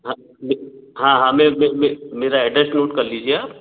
हाँ हाँ हाँ मेरा एड्रेस नोट कर लीजिए आप